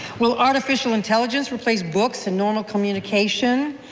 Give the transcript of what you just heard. will artificial intelligence replace books, and normal communications?